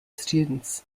students